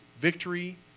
victory